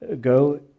go